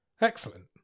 Excellent